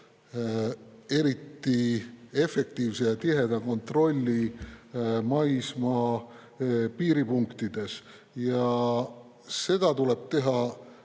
eriti efektiivse ja tiheda kontrolli maismaapiiripunktides. Seda tuleb teha